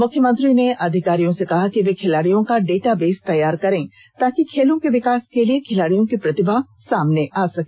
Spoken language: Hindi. मुख्यमंत्री ने अधिकारियों से कहा कि वे खिलाड़ियों का डेटा बेस तैयार करें ताकि खेलों के विकास के साथ खिलाडियों की प्रतिभा सामने आ सके